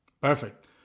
perfect